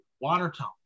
Watertown